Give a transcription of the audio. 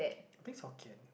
I think it's Hokkien